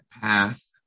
path